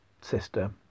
sister